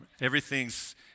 everything's